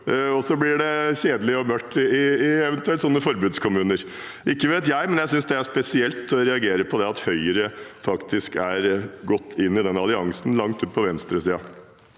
og så blir det kjedelig og mørkt i eventuelle forbudskommuner. Ikke vet jeg, men jeg synes det er spesielt, og jeg reagerer på at Høyre faktisk har gått inn i den alliansen langt ute på venstresiden.